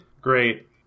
Great